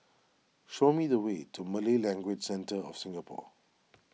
show me the way to Malay Language Centre of Singapore